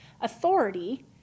authority